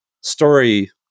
story